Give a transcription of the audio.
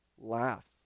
laughs